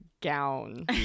gown